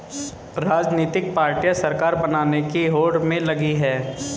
राजनीतिक पार्टियां सरकार बनाने की होड़ में लगी हैं